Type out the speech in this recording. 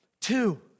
Two